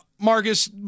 Marcus